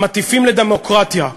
המטיפים לדמוקרטיה,